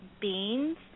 Beans